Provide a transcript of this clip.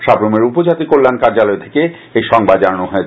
সাব্রুমের উপজাতি কল্যাণ কার্যালয় থেকে এই সংবাদ জানানো হয়েছে